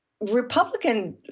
Republican